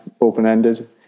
open-ended